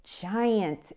giant